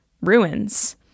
ruins